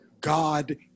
God